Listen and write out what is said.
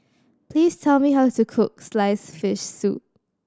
please tell me how to cook sliced fish soup